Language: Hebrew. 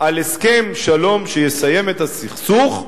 על הסכם שלום שיסיים את הסכסוך,